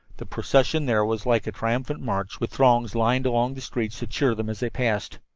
the procession there was like a triumphant march, with throngs lined along the streets to cheer them as they passed.